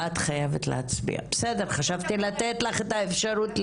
את חייבת להצביע, בסדר חשבתי לתת לך את האפשרות.